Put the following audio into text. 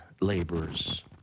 laborers